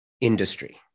industry